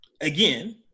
again